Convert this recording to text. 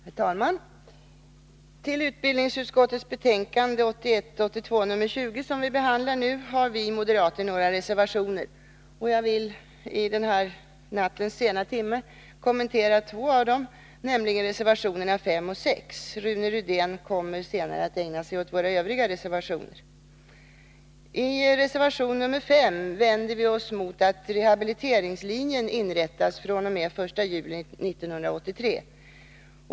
Herr talman! Till utbildningsutskottets betänkande 1981/82:20, som vi nu behandlar, har vi moderater några reservationer. Jag vill i nattens sena timme kommentera två av dem, nämligen reservationerna 5 och 6. Rune Rydén kommer att ägna sig åt våra övriga reservationer. I reservation nr 5 vänder vi oss mot att rehabiliteringslinjen inrättas fr.o.m. den 1 juli 1983.